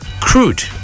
crude